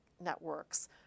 networks